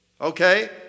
Okay